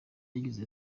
yagize